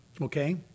okay